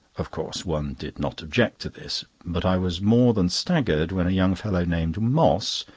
of course one did not object to this but i was more than staggered when a young fellow named moss,